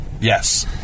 Yes